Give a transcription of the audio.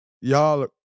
y'all